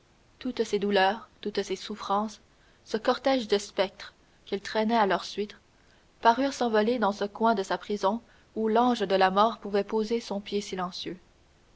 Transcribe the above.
toutes ses douleurs toutes ses souffrances ce cortège de spectres qu'elles tramaient à leur suite parurent s'envoler de ce coin de sa prison où l'ange de la mort pouvait poser son pied silencieux